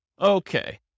Okay